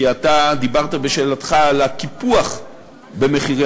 כי אתה דיברת בשאלתך על הקיפוח במחירי